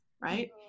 right